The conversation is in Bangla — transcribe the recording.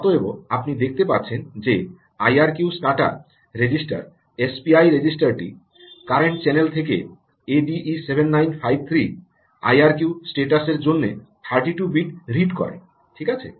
অতএব আপনি দেখতে পাচ্ছেন যে আইআরকিউস্টাটা রেজিস্টার এসপিআই রেজিষ্টারটি কারেন্ট চ্যানেল থেকে এডিই 7953 আইআরকিউ স্ট্যাটাসের জন্য 32 বিট রিড করে ঠিক আছে